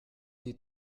die